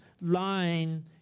line